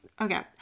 Okay